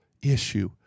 Issue